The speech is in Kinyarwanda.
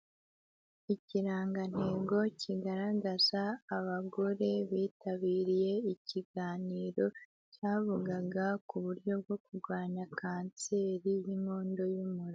Ikirangantego kigaragaza abagore bitabiriye ikiganiro, cyavugaga ku buryo bwo kurwanya kanseri y'inkondo y'umura.